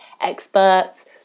experts